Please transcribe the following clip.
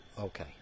Okay